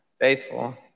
faithful